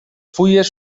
fulles